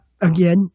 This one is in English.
again